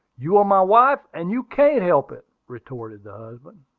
you are my wife, and you can't help it, retorted the husband.